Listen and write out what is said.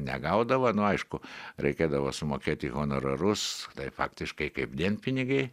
negaudavo nu aišku reikėdavo sumokėti honorarus faktiškai kaip dienpinigiai